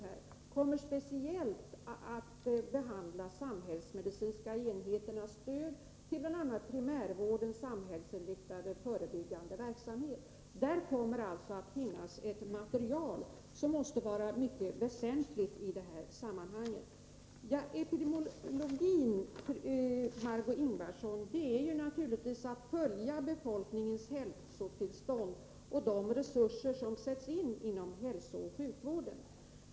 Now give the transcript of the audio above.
Det kommer speciellt att behandla samhällsmedicinska enheternas stöd till bl.a. primärvårdens samhällsinriktade, förebyggande verksamhet. Där kommer att finnas ett material som måste vara mycket väsentligt i det här sammanhanget. Epidemiologisk verksamhet innebär naturligtvis, Margö Ingvardsson, att följa befolkningens hälsotillstånd och de resurser som sätts in inom hälsooch sjukvården.